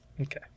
Okay